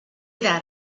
that